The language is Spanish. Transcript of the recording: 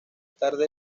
tarde